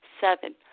Seven